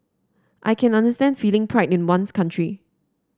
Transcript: I can understand feeling pride in one's country